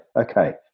okay